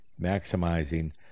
maximizing